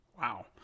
Wow